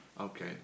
Okay